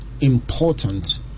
important